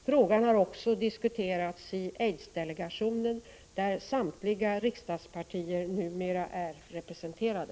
Frågan har också diskuterats i aidsdelegationen, där samtliga riksdagspartier numera är representerade.